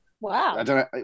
Wow